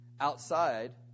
outside